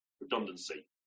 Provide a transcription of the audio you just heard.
redundancy